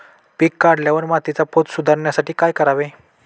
पीक काढल्यावर मातीचा पोत सुधारण्यासाठी काय करावे?